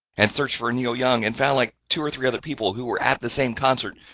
and searched for a neil young and found like two or three other people who were at the same concert,